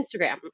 Instagram